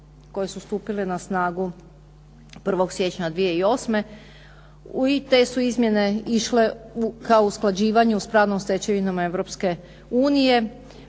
koje su stupile na snagu 1. siječnja 2008. I te su izmjene išle kao usklađivanje sa pravnom stečevinom